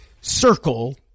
circle